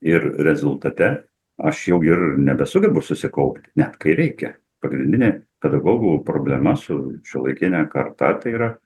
ir rezultate aš jau ir nebesugebu susikaupt net kai reikia pagrindinė pedagogų problema su šiuolaikine karta tai yra